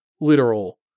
literal